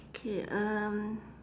K um